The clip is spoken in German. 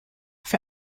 für